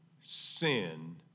sin